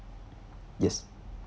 yes